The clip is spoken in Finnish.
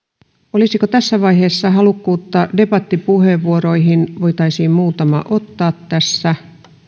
olisiko tässä vaiheessa halukkuutta debattipuheenvuoroihin voitaisiin muutama ottaa tässä